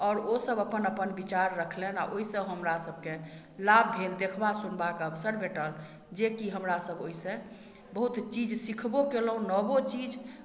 आओर ओ सब अपन अपन विचार रखलनि आओर ओइसँ हमरा सबके लाभ भेल देखबा सुनबाके अवसर भेटल जे कि हमरा सब ओइसँ बहुत चीज सिखबो कयलहुँ नबो चीज